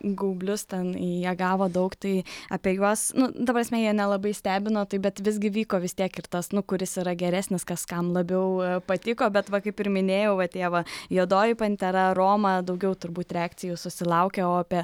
gaublius ten jie gavo daug tai apie juos nu ta prasme jie nelabai stebino tai bet visgi vyko vis tiek ir tas nu kuris yra geresnis kas kam labiau patiko bet va kaip ir minėjau va tie va juodoji pantera roma daugiau turbūt reakcijų susilaukė o apie